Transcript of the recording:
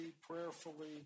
prayerfully